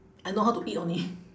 I know how to eat only